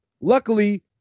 Luckily